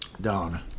Down